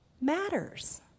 matters